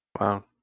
wow